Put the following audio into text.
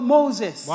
Moses